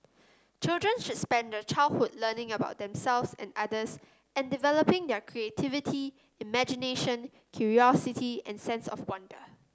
children should spend their childhood learning about themselves and others and developing their creativity imagination curiosity and sense of wonder